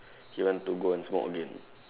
he went to go and smoke again